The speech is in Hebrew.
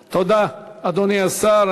תודה, אדוני השר.